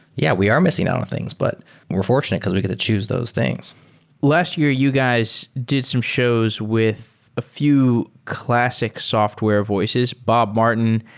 yeah, we are missing out on things, but we're fortunate because we get to choose those things last year you guys did some shows with a few classic software voices, bob martin,